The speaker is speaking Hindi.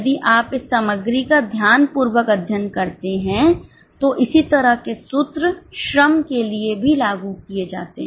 यदि आप इस सामग्री का ध्यानपूर्वक अध्ययन करते हैं तो इसी तरह के सूत्र श्रम के लिए भी लागू किए जाते हैं